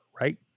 right